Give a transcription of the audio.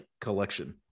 collection